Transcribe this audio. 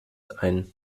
ein